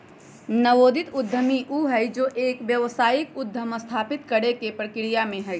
नवोदित उद्यमी ऊ हई जो एक व्यावसायिक उद्यम स्थापित करे के प्रक्रिया में हई